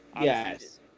Yes